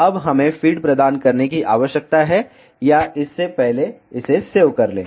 अब हमें फ़ीड प्रदान करने की आवश्यकता है या इससे पहले इसे सेव कर लें